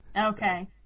okay